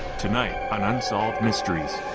tonight on unsolved mysteries.